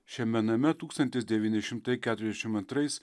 šiame name tūkstantis devyni šimtai keturiasdešimt antrais